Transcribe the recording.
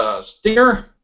Stinger